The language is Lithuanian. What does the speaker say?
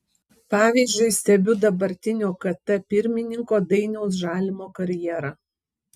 pavyzdžiui stebiu dabartinio kt pirmininko dainiaus žalimo karjerą